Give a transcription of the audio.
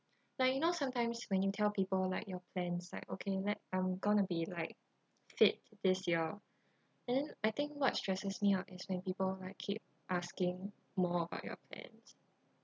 like you know sometimes when you tell people like your plans like okay like I'm going to be like fit this year and then I think what stresses me out is when people like keep asking more about your plans